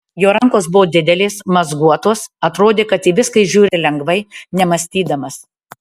jo rankos buvo didelės mazguotos atrodė kad į viską jis žiūri lengvai nemąstydamas